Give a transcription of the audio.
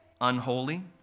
Unholy